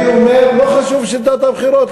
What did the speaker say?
אני אומר, לא חשוב שיטת הבחירות.